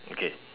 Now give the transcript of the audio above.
okay